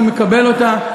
אני מקבל אותה.